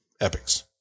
epics